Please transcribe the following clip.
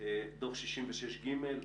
דוח 66ג'